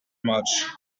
much